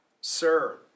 Sir